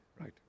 Right